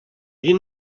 you